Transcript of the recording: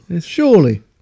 Surely